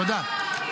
תודה.